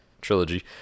trilogy